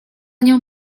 nią